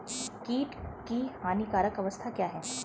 कीट की हानिकारक अवस्था क्या है?